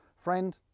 Friend